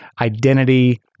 identity